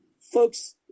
folks